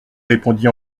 répondit